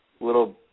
little